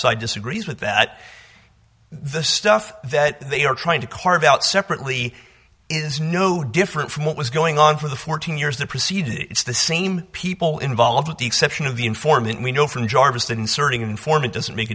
side disagrees with that the stuff that they are trying to carve out separately is no different from what was going on for the fourteen years that preceded it it's the same people involved with the exception of the informant we know from jarvis inserting an informant doesn't make